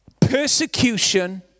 persecution